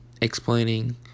explaining